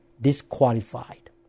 disqualified